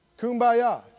kumbaya